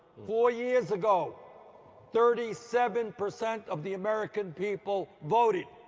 four years ago thirty seven percent of the american people voted.